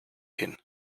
hin